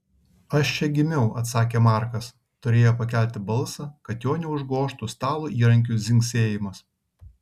aš čia gimiau atsakė markas turėjo pakelti balsą kad jo neužgožtų stalo įrankių dzingsėjimas